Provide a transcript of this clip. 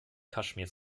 kaschmir